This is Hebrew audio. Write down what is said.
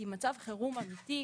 מצב חירום רבתי,